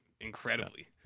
incredibly